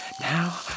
Now